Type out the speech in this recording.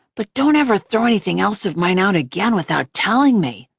but don't ever throw anything else of mine out again without telling me!